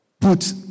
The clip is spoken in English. put